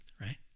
right